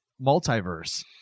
multiverse